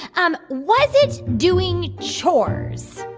um was it doing chores?